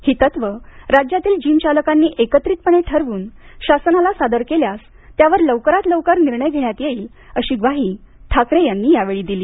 ही तत्वं राज्यातील जिम चालकांनी एकत्रितपणे ठरवून शासनास सादर केल्यास त्यावर लवकरात लवकर निर्णय घेण्यात येईल अशी ग्वाही ठाकरे यांनी यावेळी दिली